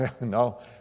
No